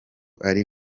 ari